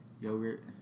Yogurt